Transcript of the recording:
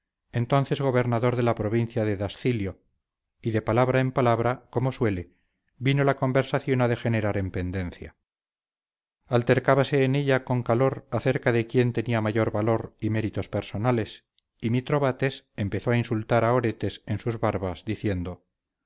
entonces gobernador de la provincia de dascilio y de palabra en palabra como suele vino la conversación a degenerar en pendencia altercábase en ella con calor acerca de quién tenía mayor valor y méritos personales y mitrobates empezó a insultar a oretes en sus barbas diciendo